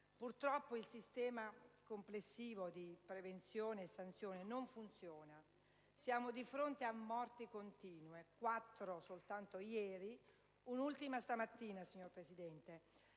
Purtroppo, il sistema complessivo di prevenzione e sanzione non funziona; siamo di fronte a morti continue: quattro soltanto ieri, un'ultima stamattina, signor Presidente,